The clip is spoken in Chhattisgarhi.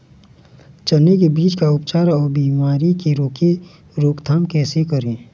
चने की बीज का उपचार अउ बीमारी की रोके रोकथाम कैसे करें?